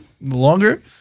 Longer